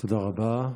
תודה רבה.